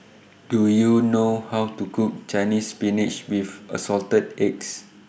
Do YOU know How to Cook Chinese Spinach with Assorted Eggs